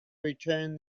return